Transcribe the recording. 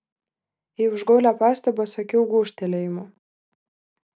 į užgaulią pastabą atsakiau gūžtelėjimu